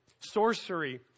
sorcery